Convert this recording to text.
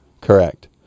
Correct